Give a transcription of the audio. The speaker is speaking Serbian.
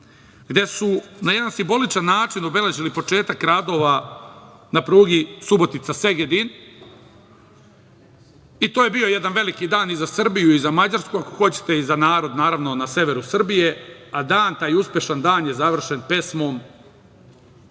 gde su na jedan simboličan način obeležili početak radova na pruzi Subotica-Segedin i to je bio jedan veliki dan i za Srbiju i za Mađarsku, ako hoćete, i za narod na severu Srbije, a taj uspešan dan je završen pesmom